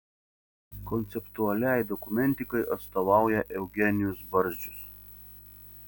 konceptualiai dokumentikai atstovauja eugenijus barzdžius